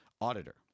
Auditor